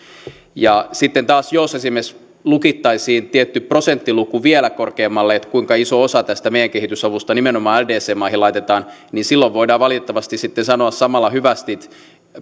sitten taas jos esimerkiksi lukittaisiin tietty prosenttiluku vielä korkeammalle että kuinka iso osa tästä meidän kehitysavusta nimenomaan ldc maihin laitetaan niin silloin voidaan valitettavasti sitten sanoa samalla hyvästit